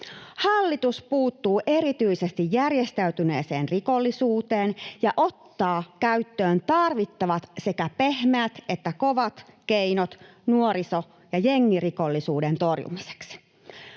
Hallitus puuttuu erityisesti järjestäytyneeseen rikollisuuteen ja ottaa käyttöön tarvittavat sekä pehmeät että kovat keinot nuoriso- ja jengirikollisuuden torjumiseksi.